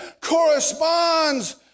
corresponds